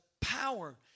power